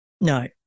No